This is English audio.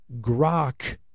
Grok